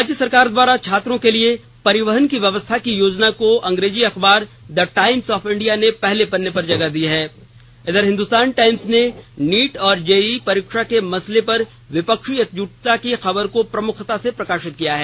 राज्य सरकार द्वारा छात्रों के लिए परिवहन की व्यवस्था की योजना को अंग्रेजी अखबार द टाइम्स ऑफ इंडिया ने पहले पन्ने पर जगह दी है वहीं हिंद्स्तान टाइम्स ने नीट और जेईई परीक्षा के मसले पर विपक्षी एकजुटता की खबर को प्रमुखता से प्रकाशित किया है